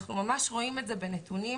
אנחנו ממש רואים את זה בנתונים,